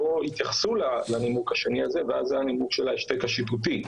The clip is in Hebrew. לא התייחסו לנימוק השני הזה ואז היה נימוק של ההשתק השיפוטי.